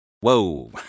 Whoa